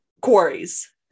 quarries